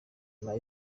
inyuma